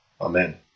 Amen